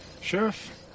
Sheriff